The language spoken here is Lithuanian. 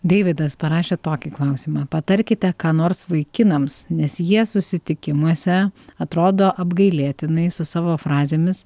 deividas parašė tokį klausimą patarkite ką nors vaikinams nes jie susitikimuose atrodo apgailėtinai su savo frazėmis